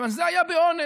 מכיוון שזה היה באונס.